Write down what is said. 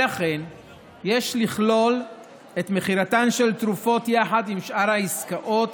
לכן יש לכלול את מכירתן של תרופות יחד עם שאר העסקאות